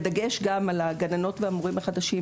בדגש גם על גננות ומורים חדשים,